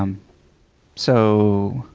um so